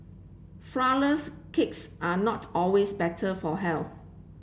flourless cakes are not always better for health